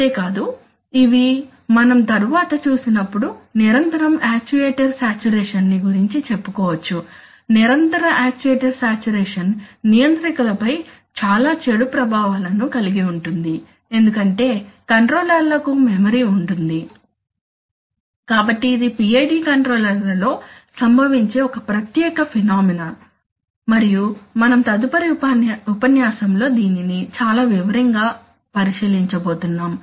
అంతే కాదు ఇవి మనం తరువాత చూసినప్పుడు నిరంతరం యాక్యుయేటర్ సాచురేషన్ ని గురించి చెప్పుకోవచ్చు నిరంతర యాక్యుయేటర్ సాచురేషన్ నియంత్రికలపై చాలా చెడు ప్రభావాలను కలిగి ఉంటుంది ఎందుకంటే కంట్రోలర్లకు మెమరీ ఉంటుంది కాబట్టి ఇది PID కంట్రోలర్లలో సంభవించే ఒక ప్రత్యేక ఫెనొమెనొన్ మరియు మనం తదుపరి ఉపన్యాసంలో దీనిని చాలా వివరంగా పరిశీలించబోతున్నా ము